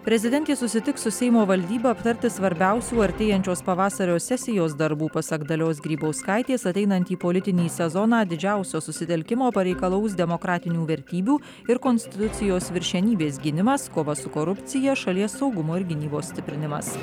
prezidentė susitiks su seimo valdyba aptarti svarbiausių artėjančios pavasario sesijos darbų pasak dalios grybauskaitės ateinantį politinį sezoną didžiausio susitelkimo pareikalaus demokratinių vertybių ir konstitucijos viršenybės gynimas kova su korupcija šalies saugumo ir gynybos stiprinimas